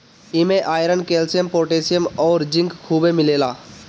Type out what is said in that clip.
इमे iron, calcium, potassium अउरी zinc खुबे मिलेला